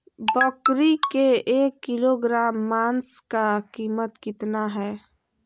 बकरी के एक किलोग्राम मांस का कीमत कितना है?